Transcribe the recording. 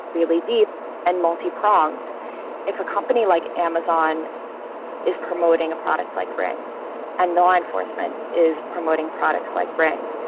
really deep and multi-pronged if a company like amazon is promoting a products like red and law enforcement is promoting products like brand,